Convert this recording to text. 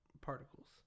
particles